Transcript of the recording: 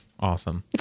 Awesome